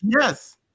Yes